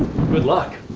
good luck